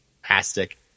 fantastic